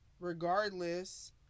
regardless